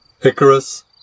icarus